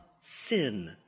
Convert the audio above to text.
sin